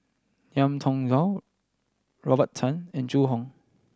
Ngiam Tong Dow Robert Tan and Zhu Hong